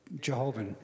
Jehovah